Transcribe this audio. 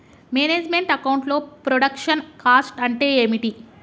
Manage meant account లో production cost అంటే ఏమిటి?